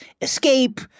escape